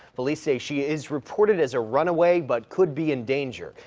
police say she is reported as a run away but could be in danger.